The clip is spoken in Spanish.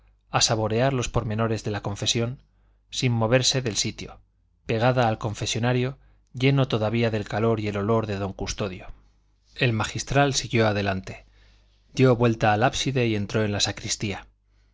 a saborear los pormenores de la confesión sin moverse del sitio pegada al confesonario lleno todavía del calor y el olor de don custodio el magistral siguió adelante dio vuelta al ábside y entró en la sacristía